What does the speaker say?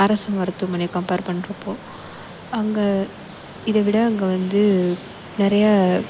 அரசு மருத்துவமனை கம்ப்பேர் பண்றப்போது அங்கே இதைவிட அங்கே வந்து நிறைய